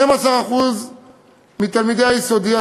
12% מתלמידי היסודי,